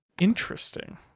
Interesting